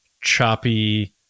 choppy